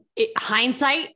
Hindsight